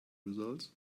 results